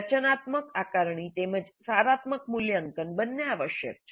રચનાત્મક આકારણી તેમ જ સારાત્મક મૂલ્યાંકન બંને આવશ્યક છે